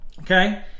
okay